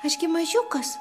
aš gi mažiukas